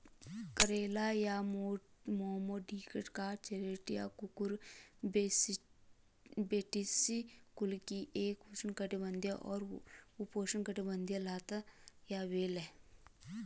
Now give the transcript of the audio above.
करेला या Momordica charantia Cucurbitaceae कुल की एक उष्णकटिबंधीय और उपोष्णकटिबंधीय लता या बेल है